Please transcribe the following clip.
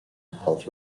health